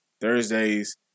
Thursdays